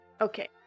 Okay